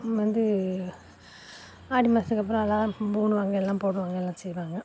வந்து ஆடி மாசத்துக்கப்பறம் எல்லாம் போடுவாங்க எல்லாம் போடுவாங்க எல்லாம் செய்வாங்க